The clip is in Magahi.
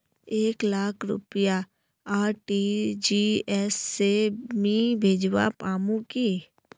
एक लाख रुपया आर.टी.जी.एस से मी भेजवा पामु की